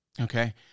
Okay